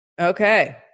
okay